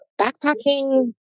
backpacking